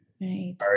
Right